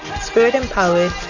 Spirit-empowered